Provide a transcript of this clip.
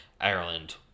Ireland